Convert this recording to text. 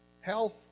Health